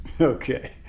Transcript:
Okay